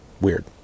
weird